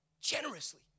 generously